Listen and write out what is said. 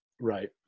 Right